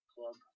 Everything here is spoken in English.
Club